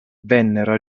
vennero